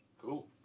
cool